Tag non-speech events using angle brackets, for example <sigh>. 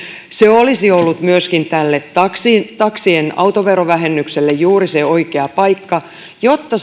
se olisi ollut myöskin tälle taksien autoverovähennykselle juuri se oikea paikka jotta <unintelligible>